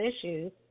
issues